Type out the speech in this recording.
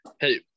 Hey